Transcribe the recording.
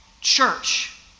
Church